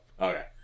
Okay